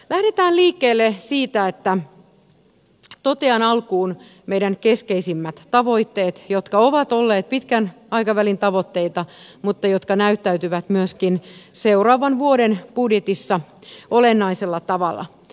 lähdetään liikkeelle siitä että totean alkuun meidän keskeisimmät tavoitteet jotka ovat olleet pitkän aikavälin tavoitteita mutta jotka näyttäytyvät myöskin seuraavan vuoden budjetissa olennaisella tavalla